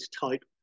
type